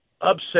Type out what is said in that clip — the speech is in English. upset